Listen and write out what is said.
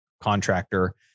contractor